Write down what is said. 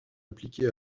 appliquée